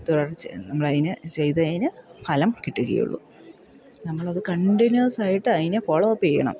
തുടർച്ച് നമ്മളതിന് ചെയ്തതിനു ഫലം കിട്ടുകയുള്ളു നമ്മളത് കണ്ടിന്യൂസായിട്ടതിന് ഫോളോ അപ്പ് ചെയ്യണം